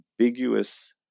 ambiguous